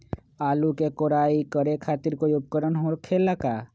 आलू के कोराई करे खातिर कोई उपकरण हो खेला का?